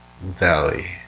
valley